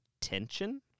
tension